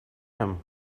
him